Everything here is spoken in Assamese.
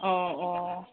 অঁ অঁ